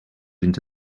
into